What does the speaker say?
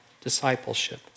discipleship